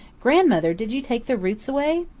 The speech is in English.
grandmother, did you take the roots away?